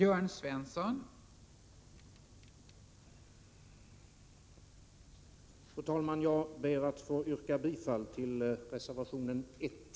Fru talman! Jag ber att få yrka bifall till reservationen 1.